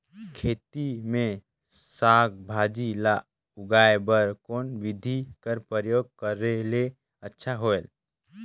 खेती मे साक भाजी ल उगाय बर कोन बिधी कर प्रयोग करले अच्छा होयल?